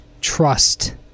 trust